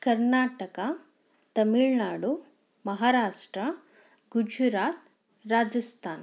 Karnataka Tamil Nadu Maharashtra Gujarat Rajasthan